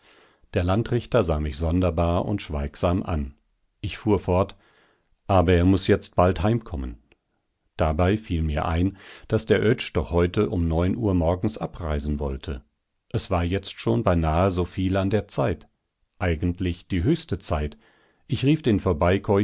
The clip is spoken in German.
der landrichter sah mich sonderbar und schweigsam an ich fuhr fort aber er muß jetzt bald heimkommen dabei fiel mir ein daß der oetsch doch heute um neun uhr morgens abreisen wollte es war jetzt schon beinahe so viel an der zeit eigentlich die höchste zeit ich rief den